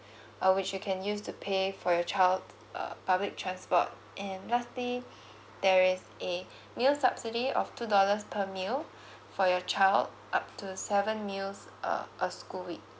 uh which you can use to pay for your child uh public transport and lastly there is a meal subsidy of two dollars per meal for your child up to seven meals uh a school week